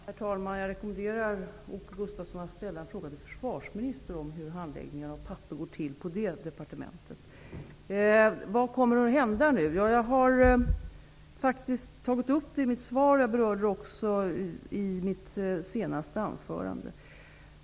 Herr talman! Jag rekommenderar Åke Gustavsson att till försvarsministern ställa frågan om hur handläggning av ärenden går till i Vad kommer att hända nu? Ja, jag har faktiskt tagit upp det i mitt svar och jag berörde det också i mitt senaste anförande.